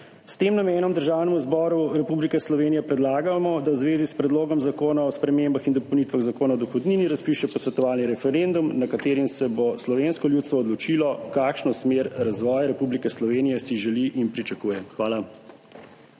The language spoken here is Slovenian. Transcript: S tem namenom Državnemu zboru Republike Slovenije predlagamo, da v zvezi s Predlogom zakona o spremembah in dopolnitvah Zakona o dohodnini razpiše posvetovalni referendum, na katerem se bo slovensko ljudstvo odločilo, v kakšno smer razvoja Republike Slovenije si želi in pričakuje. Hvala.